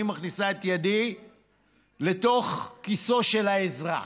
מכניסה את ידי לתוך כיסו של האזרח.